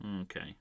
Okay